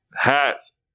hats